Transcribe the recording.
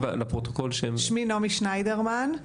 שמי נעמי שניידרמן.